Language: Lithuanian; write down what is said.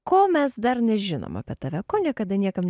ko mes dar nežinom apie tave ko niekada niekam